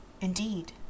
indeed